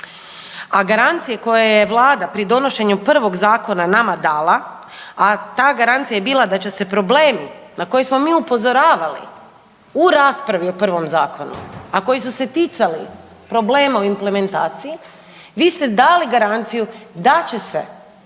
A garancije koje je Vlada pri donošenju prvog zakona nama dala, a ta garancija je bila da će se problemi na koje smo mi upozoravali u raspravi o prvom zakonu, a koji su se ticali problema u implementaciji, vi ste dali garanciju da će se